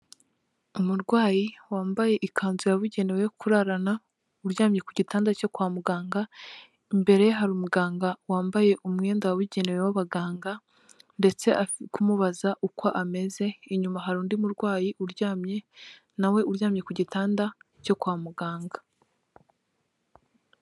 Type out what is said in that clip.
Umurwayi wambaye ikanzu yabugenewe yo kurarana uryamye ku gitanda cyo kwa muganga, imbere ye hari umuganga wambaye umwenda wabugenewe w'abaganga ndetse ari kumubaza uko ameze inyuma hari undi murwayi uryamye nawe uryamye ku gitanda cyo kwa muganga.